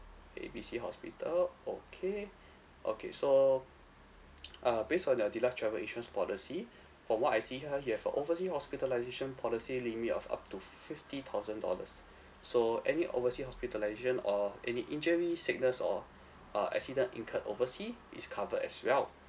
A B C hospital okay okay so uh based on your deluxe travel insurance policy from what I see here you have a oversea hospitalisation policy limit of up to fifty thousand dollars so any oversea hospitalisation or any injury sickness or uh accident incurred oversea is covered as well